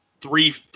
three